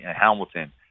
Hamilton